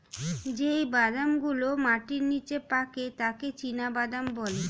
যেই বাদাম গুলো মাটির নিচে পাকে তাকে চীনাবাদাম বলে